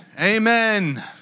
Amen